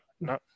no